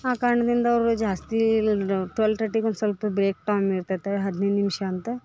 ಆ ಕಾರಣದಿಂದ ಅವ್ರ್ಗ್ ಜಾಸ್ತಿ ಟ್ವೆಲ್ ಟರ್ಟಿಗೊಂದು ಸ್ವಲ್ಪ ಬ್ರೇಕ್ ಟೈಮ್ ಇರ್ತೈತಲ್ಲ ಹದಿನೈದು ನಿಮಿಷ ಅಂತ